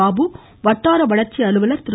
பாபு வட்டார வளர்ச்சி அலுவலர் திரு